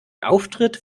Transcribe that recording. auftritt